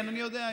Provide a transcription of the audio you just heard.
כן, אני יודע.